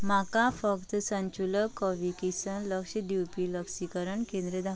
म्हाका फक्त सशुलक कोव्हॅक्सिन लस दिवपी लसीकरण केंद्र दाखय